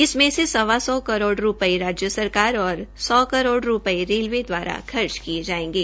इसमें से सवा सौ करोड़ रूपए राज्य सरकार औश्र सौ करोड़ रूपये रेलवे द्वारा खर्च किए जायेंगे